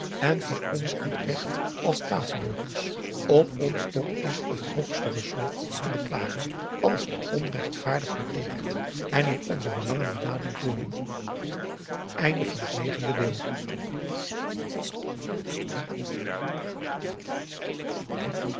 en van ons goed recht als staatsburgers om ons tot in het hoogste ressort te beklagen als we onrechtvaardig bejegend en in onze belangen benadeeld worden